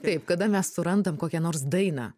taip kada mes surandam kokią nors dainą